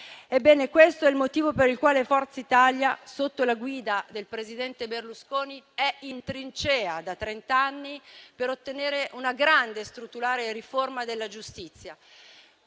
epura. Questo è il motivo per il quale Forza Italia, sotto la guida del presidente Berlusconi, è in trincea da trent'anni per ottenere una grande e strutturale riforma della giustizia.